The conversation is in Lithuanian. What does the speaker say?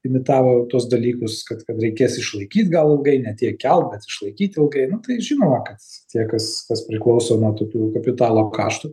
imitavo tuos dalykus kad kad reikės išlaikyt gal ilgai ne tiek kelt bet išlaikyt ilgai nu tai žinoma kas tie kas kas priklauso nuo tokių kapitalo kaštų